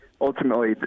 ultimately